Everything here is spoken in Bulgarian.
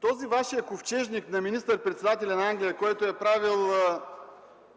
този Вашия ковчежник – на министър-председателя на Англия, който е правил